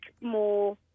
more